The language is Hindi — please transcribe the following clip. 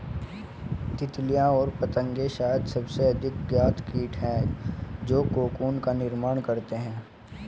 तितलियाँ और पतंगे शायद सबसे अधिक ज्ञात कीट हैं जो कोकून का निर्माण करते हैं